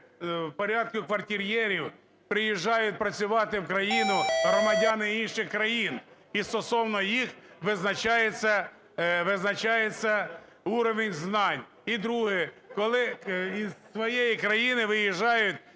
в порядку квартир'єрів приїжджають працювати в країну громадяни інших країн і стосовно них визначається уровень знань. І друге – коли із своєї країни виїжджають